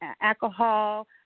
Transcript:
alcohol